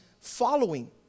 following